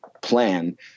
plan